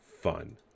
fun